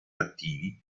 attivi